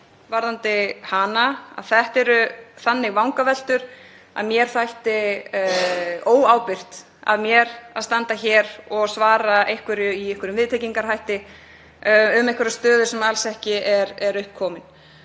spurninguna þá eru þetta þannig vangaveltur að mér þætti óábyrgt af mér að standa hér og svara í einhverjum viðtengingarhætti um einhverja stöðu sem alls ekki er upp komin.